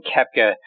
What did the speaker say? Kepka